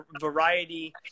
variety